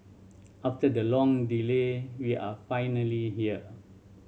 after the long delay we are finally here